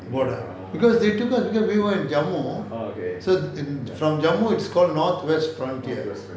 border because they took us we were in jammu so from jammu it's called north west frontier